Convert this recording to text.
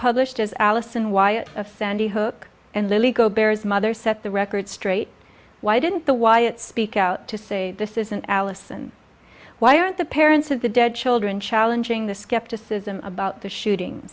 published as allison wyatt of sandy hook and lily go bears mother set the record straight why didn't the wyatt speak out to say this isn't allison why aren't the parents of the dead children challenging the skepticism about the shooting